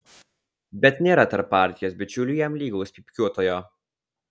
bet nėra tarp partijos bičiulių jam lygaus pypkiuotojo